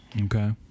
Okay